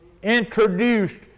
introduced